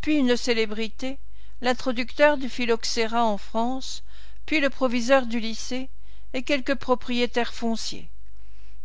puis une célébrité l'introducteur du phylloxera en france puis le proviseur du lycée et quelques propriétaires fonciers